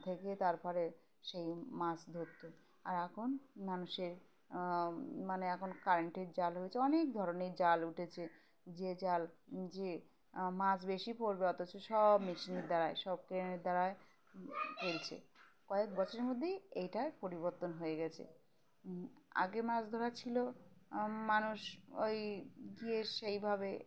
থেকে তারপরে সেই মাছ ধরতো আর এখন মানুষের মানে এখন কারেন্টের জাল হয়েছে অনেক ধরনের জাল উঠেছে যে জাল যে মাছ বেশি পড়বে অথচ সব মেশিনের দ্বারায় সব ক্রেনের দ্বারায় ফেলছে কয়েক বছরের মধ্যেই এইটার পরিবর্তন হয়ে গেছে আগে মাছ ধরা ছিল মানুষ ওই গিয়ে সেইভাবে